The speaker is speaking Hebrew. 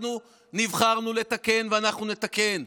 אנחנו נבחרנו לתקן, ואנחנו נתקן,